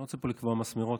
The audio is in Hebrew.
אני לא רוצה לקבוע פה מסמרות,